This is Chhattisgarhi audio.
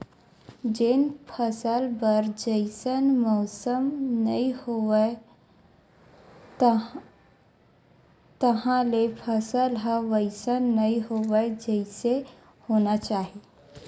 जेन फसल बर जइसन मउसम नइ होइस तहाँले फसल ह वइसन नइ होवय जइसे होना चाही